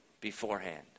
beforehand